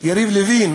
יריב לוין: